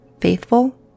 faithful